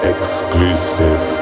Exclusive